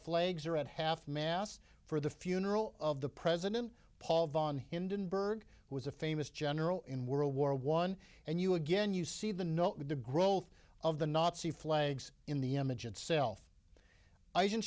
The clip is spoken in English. flags are at half mast for the funeral of the president paul von hinde and berg was a famous general in world war one and you again you see the note with the growth of the nazi flags in the image itself i can